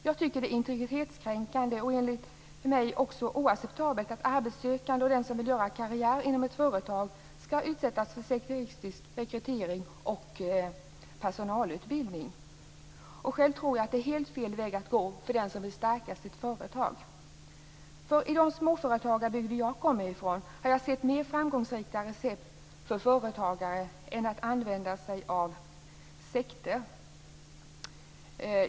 Jag tycker att det är integritetskränkande och oacceptabelt att arbetssökande och den som vill göra karriär inom ett företag skall utsättas för sekteristisk rekrytering och personalutbildning. Själv tror jag att det är helt fel väg att gå för den som vill stärka sitt företag. I de småföretagarbygder som jag kommer från har jag sett mer framgångsrika recept för företagare än att använda sig av sekter.